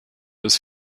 des